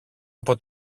από